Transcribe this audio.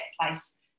place